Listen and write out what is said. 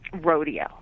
rodeo